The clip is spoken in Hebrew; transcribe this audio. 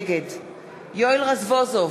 נגד יואל רזבוזוב,